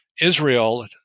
Israel